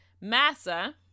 Massa